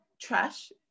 trash